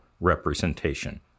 representation